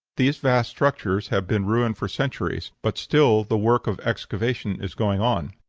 these vast structures have been ruined for centuries, but still the work of excavation is going on.